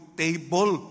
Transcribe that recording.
table